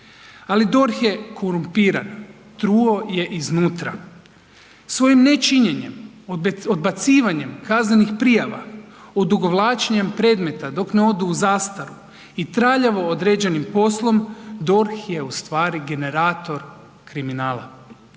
ali DORH je korumpiran, truo je iznutra. Svojim nečinjenjem, odbacivanjem kaznenih prijava, odugovlačenjem predmeta dok ne odu zastaru i traljavo odrađenim poslom DORH je ustvari generator kriminala.